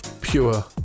Pure